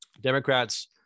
Democrats